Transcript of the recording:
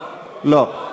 לא.